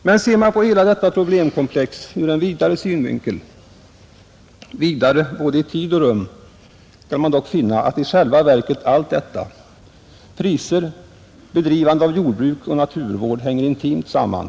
Men ser man på hela detta problemkomplex ur en vidare synvinkel, vidare både i tid och rum, skall man dock finna att i själva verket allt detta — priser, bedrivande av jordbruk och naturvård — hänger intimt samman.